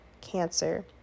cancer